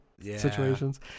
situations